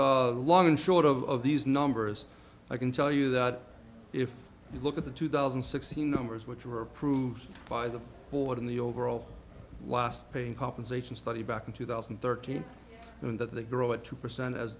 what long and short of these numbers i can tell you that if you look at the two thousand and sixteen numbers which were approved by the board in the overall last paying compensation study back in two thousand and thirteen in that they grow at two percent as